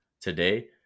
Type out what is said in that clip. today